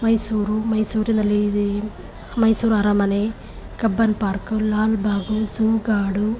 ಮೈಸೂರು ಮೈಸೂರಿನಲ್ಲಿದೆ ಮೈಸೂರು ಅರಮನೆ Cubbon park Lalbagh zoo ಗಾಡು